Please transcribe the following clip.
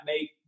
make